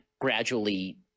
gradually